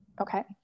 Okay